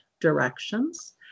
directions